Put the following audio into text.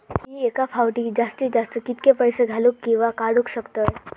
मी एका फाउटी जास्तीत जास्त कितके पैसे घालूक किवा काडूक शकतय?